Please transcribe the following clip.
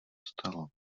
stalo